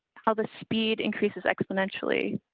how the speed increases exponentially.